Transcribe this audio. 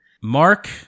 Mark